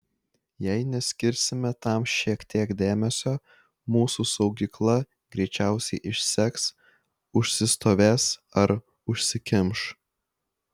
jei neskirsime tam šiek tiek dėmesio mūsų saugykla greičiausiai išseks užsistovės ar užsikimš